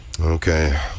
Okay